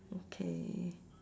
okay